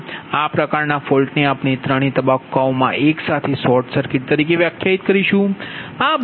તેથી આ પ્રકારના ફોલ્ટને આપણે ત્રણેય તબક્કાઓ માં એક સાથે શોટ સર્કિટ તરીકે વ્યાખ્યાયિત કરીશુ